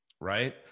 Right